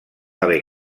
haver